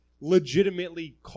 legitimately